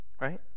right